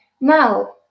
Now